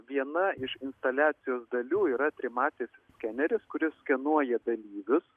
viena iš instaliacijos dalių yra trimatis skeneris kuris skenuoja dalyvius